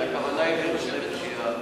הכוונה היא לארגוני פשיעה,